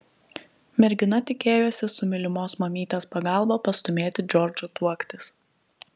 mergina tikėjosi su mylimos mamytės pagalba pastūmėti džordžą tuoktis